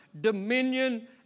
dominion